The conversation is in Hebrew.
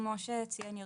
כמו שציין יריב,